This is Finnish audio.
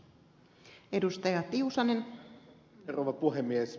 arvoisa rouva puhemies